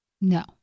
No